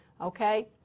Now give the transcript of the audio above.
okay